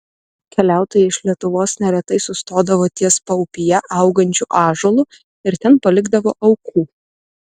keliautojai iš lietuvos neretai sustodavo ties paupyje augančiu ąžuolu ir ten palikdavo aukų